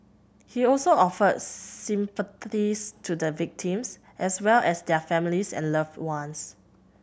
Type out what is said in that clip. he also offered sympathies to the victims as well as their families and loved ones